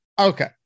Okay